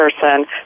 person